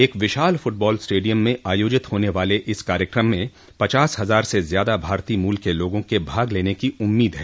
एक विशाल football stadium में आयोजित होने वाले इस कार्यक्रम में पचास हजार से ज्यादा भारतीय मूल क लोगों के भाग लेने की उम्मीद है